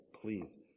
please